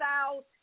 out